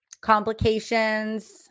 Complications